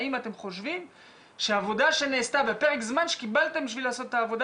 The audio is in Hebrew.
האם אתם חושבים שהעבודה שנעשתה בפרק זמן שקיבלתם כדי לעשות את העבודה